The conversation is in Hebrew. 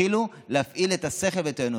תתחילו להפעיל את השכל ואת האנושיות.